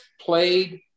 played